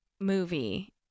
movie